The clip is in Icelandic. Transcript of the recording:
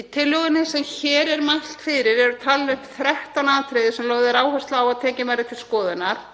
Í tillögunni sem hér er mælt fyrir eru talin upp 13 atriði sem lögð er áhersla á að tekin verði til skoðunar.